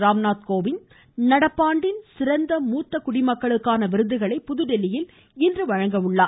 ராம்நாத் கோவிந்த் நடப்பாண்டின் சிறந்த முத்த குடிமக்களுக்கான விருதுகளை புதுதில்லியில் இன்று வழங்குகிறார்